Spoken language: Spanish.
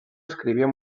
escribió